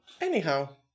Anyhow